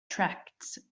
tracts